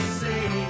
say